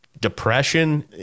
depression